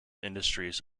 industries